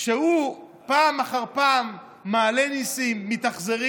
כשהוא פעם אחר פעם מעלה מיסים, מתאכזר,